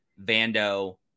Vando